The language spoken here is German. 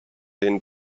den